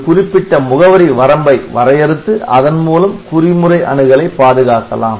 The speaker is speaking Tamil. ஒரு குறிப்பிட்ட முகவரி வரம்பை வரையறுத்து அதன்மூலம் குறிமுறை அணுகலை பாதுகாக்கலாம்